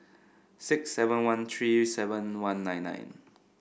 six seven one three seven one nine nine